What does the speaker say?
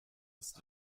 ist